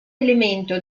elemento